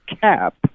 cap